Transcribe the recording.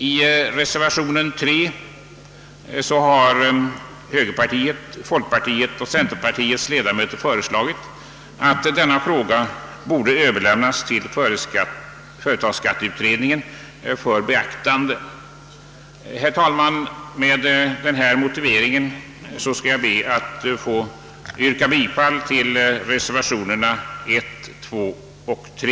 I reservationen 3 har högerpartiets, folkpartiets och centerpartiets ledamöter föreslagit att denna fråga överlämnas till företagsskatteutredningen att beaktas vid det fortsatta utredningsarbetet. Herr talman! Med denna motivering ber jag att få yrka bifall till reservationerna 1, 2 och 3.